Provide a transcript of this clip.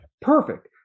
perfect